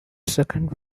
second